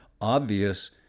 obvious